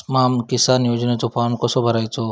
स्माम किसान योजनेचो फॉर्म कसो भरायचो?